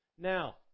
Now